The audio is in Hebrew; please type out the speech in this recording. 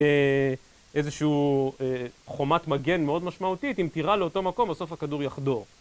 איזשהו חומת מגן מאוד משמעותית אם תירה לאותו מקום בסוף הכדור יחדור